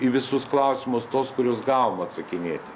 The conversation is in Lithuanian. į visus klausimus tuos kuriuos gavom atsakinėti